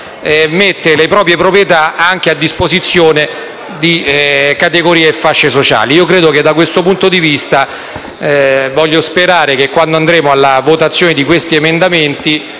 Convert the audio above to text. mette i propri immobili anche a disposizione di categorie e fasce sociali più deboli. Da questo punto di vista, voglio sperare che quando andremo alla votazione di questi emendamenti,